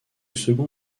second